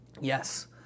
yes